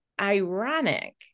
ironic